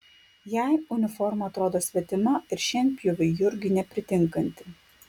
jai uniforma atrodo svetima ir šienpjoviui jurgiui nepritinkanti